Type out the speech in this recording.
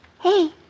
Hey